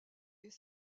est